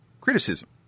criticism